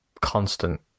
constant